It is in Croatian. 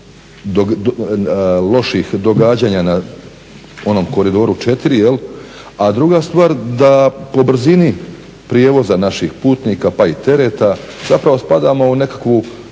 loših događanja na onom koridoru 4, a druga stvar da po brzini prijevoza naših putnika pa i tereta, zapravo spadamo u nekakvu